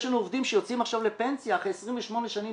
יש לנו עובדים שיוצאים עכשיו לפנסיה אחרי 28 שנים,